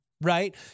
Right